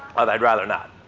i'd rather not.